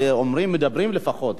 ואומרים ומדברים לפחות,